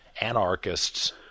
anarchists